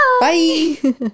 Bye